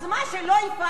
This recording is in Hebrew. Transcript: אז מה, שהוא לא יפעל?